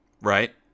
Right